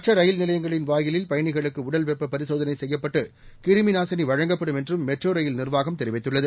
மற்ற ரயில் நிலையங்களின் வாயிலில் பயணிகளுக்கு உடல் வெப்ப பரிசோதனை செய்யப்பட்டு கிருமிநாசினி வழங்கப்படும் என்றும் மெட்ரோ ரயில் நிர்வாகம் தெரிவித்துள்ளது